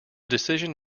decision